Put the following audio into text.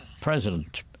president